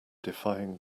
defying